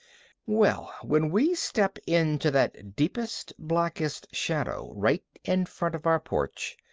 well, when we step into that deepest, blackest shadow, right in front of our porch,